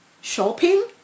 Shopping